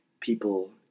people